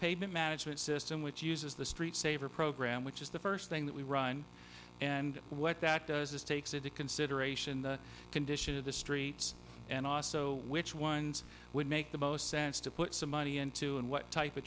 pavement management system which uses the street saver program which is the first thing that we run and what that does is takes into consideration the condition of the streets and so which ones would make the most sense to put some money into and what type of